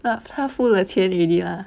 他他付了钱 already lah